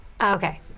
Okay